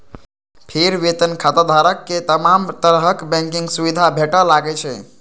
फेर वेतन खाताधारक कें तमाम तरहक बैंकिंग सुविधा भेटय लागै छै